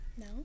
No